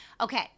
Okay